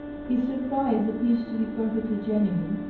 his surprise appeared to be perfectly genuine,